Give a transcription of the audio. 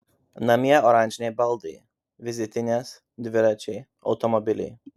namie oranžiniai baldai vizitinės dviračiai automobiliai